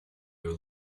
your